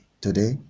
Today